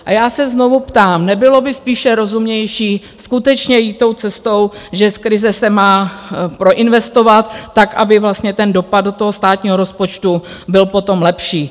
A já se znovu ptám, nebylo by spíše rozumnější skutečně jít tou cestou, že z krize se má proinvestovat tak, aby vlastně ten dopad do státního rozpočtu byl lepší?